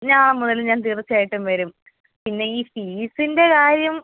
ഞാൻ മുതൽ ഞാൻ തീർച്ചയായിട്ടും വരും പിന്നെ ഈ ഫീസിന്റെ കാര്യം